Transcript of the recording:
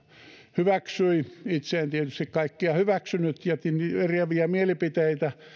hyväksyi itse en tietysti kaikkia hyväksynyt jätin eriäviä mielipiteitä ja